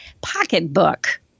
pocketbook